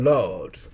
Lord